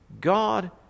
God